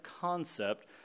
concept